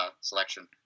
selection